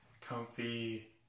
comfy